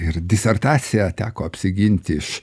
ir disertaciją teko apsiginti iš